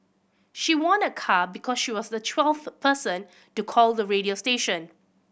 she won a car because she was the twelfth person to call the radio station